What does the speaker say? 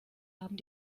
haben